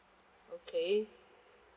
okay